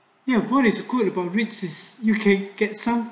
ya good is good is about reach is you can get some